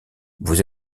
vous